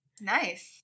Nice